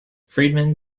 friedman